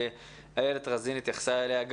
איילת רזין התייחסה אליה,